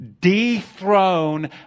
dethrone